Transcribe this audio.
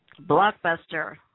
Blockbuster